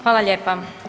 Hvala lijepa.